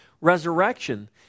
resurrection